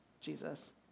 Jesus